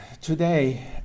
today